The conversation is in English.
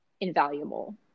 invaluable